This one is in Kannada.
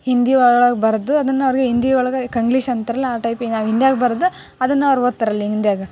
ಹಿಂದಿ ಒಳಗೆ ಬರೆದು ಅದನ್ನ ಅವ್ರಿಗೆ ಹಿಂದಿ ಒಳ್ಗೆ ಕಂಗ್ಲೀಷ್ ಅಂತಾರಲ್ಲ ಆ ಟೈಪಿಗೆ ನಾವು ಹಿಂದಿಯಾಗ ಬರ್ದು ಅದನ್ನ ಅವ್ರು ಓದ್ತಾರಲ್ ಹಿಂದಿಯಾಗ